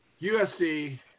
USC